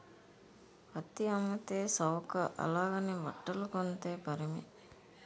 పత్తి అమ్మితే సవక అలాగని బట్టలు కొంతే పిరిమి